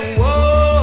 whoa